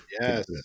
Yes